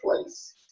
place